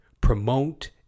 Promote